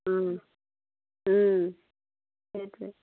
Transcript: সেইটোৱ